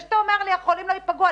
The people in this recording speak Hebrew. זה שאתה אומר לי שהחולים לא ייפגעו,